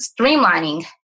streamlining